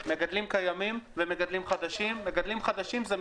אבל לא הבנתי מהמגדלים מה הבעיה עם השירותים